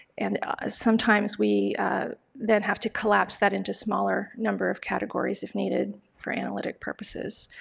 and sometimes we then have to collapse that into smaller number of categories if needed for analytic purposes.